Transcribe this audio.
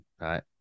right